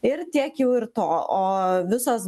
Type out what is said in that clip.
ir tiek jau ir to o visos